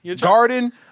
Garden